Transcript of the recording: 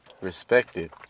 Respected